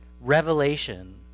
revelation